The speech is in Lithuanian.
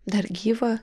dar gyvą